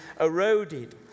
eroded